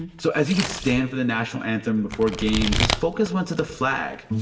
and so as he would stand for the national anthem before games, his focus went to the flag